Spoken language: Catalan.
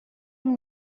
amb